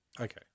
Okay